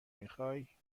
میخوای